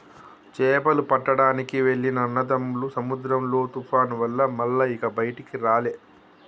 చేపలు పట్టడానికి వెళ్లిన అన్నదమ్ములు సముద్రంలో తుఫాను వల్ల మల్ల ఇక బయటికి రాలే